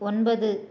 ஒன்பது